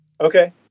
Okay